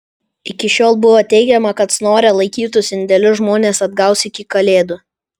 iki šiol buvo teigiama kad snore laikytus indėlius žmonės atgaus iki kalėdų